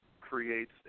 creates